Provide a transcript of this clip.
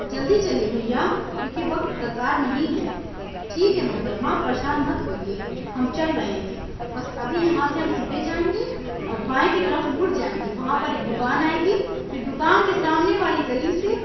جلدی چلیے بھیا کیونکہ وقت درکار نہیں ہے ٹھیک ہے محترمہ آپ پریشان مت ہوئیے ہم چل رہے ہیں بس ابھی ہم یہاں سے سیدھے جائیں گے اور بائیں کی طرف مڑ جائیں گے وہاں پر ایک دکان آئے گی پھر دکان کے سامنے والی گلی سے